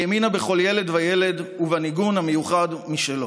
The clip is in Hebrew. מאוד, האמינה בכל ילד וילד ובניגון המיוחד שלו.